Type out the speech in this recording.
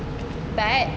but